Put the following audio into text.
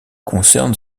concerne